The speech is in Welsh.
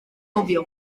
nofio